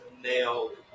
nailed